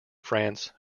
france